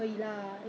这样不错 leh